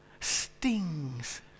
stings